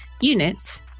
units